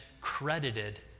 credited